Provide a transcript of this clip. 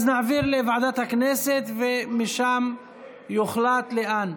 התשפ"ב 2022, לוועדת הפנים והגנת הסביבה נתקבלה.